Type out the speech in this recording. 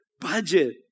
Budget